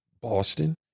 Boston